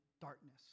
darkness